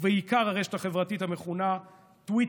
ובעיקר הרשת החברתית המכונה טוויטר.